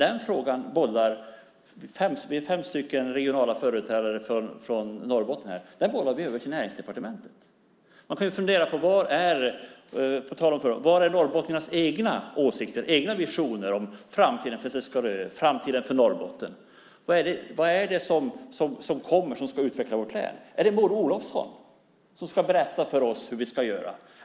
Vi är fem regionala företrädare för Norrbotten som deltar i debatten. Men den frågan bollar vi över till Näringsdepartementet. Man kan fundera över var norrbottningarnas egna åsikter och visioner om framtiden för Seskarö och Norrbotten finns. Vad är det som ska utveckla vårt län? Är det Maud Olofsson som ska berätta för oss hur vi ska göra?